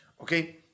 Okay